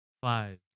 five